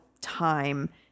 time